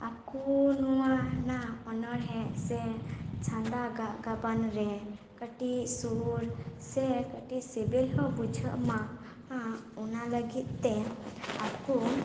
ᱟᱠᱩ ᱱᱚᱣᱟ ᱱᱟᱜ ᱚᱱᱚᱲᱦᱮᱸ ᱥᱮ ᱪᱷᱟᱫᱟ ᱜᱟᱜ ᱜᱟᱵᱟᱱ ᱨᱮ ᱠᱟᱴᱤᱡ ᱥᱩᱨ ᱥᱮ ᱠᱟᱴᱤᱡ ᱥᱮᱵᱮᱞ ᱦᱚᱸ ᱵᱩᱡᱷᱟᱹᱜ ᱢᱟ ᱚᱱᱟ ᱞᱟᱹᱜᱤᱫ ᱛᱮ ᱟᱠᱚ